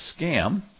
scam